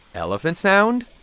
elephant sound,